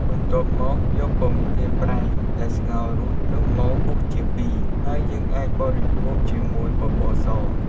បន្ទាប់មក យកពងទាប្រៃដែលស្ងោររួចនោះមកពុះជាពីរ ហើយយើងអាចបរិភោគជាមួយបបរស។